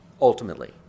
Ultimately